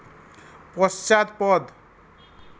পশ্চাৎপদ